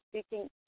speaking